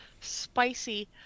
spicy